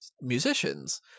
musicians